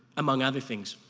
among other things.